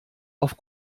auf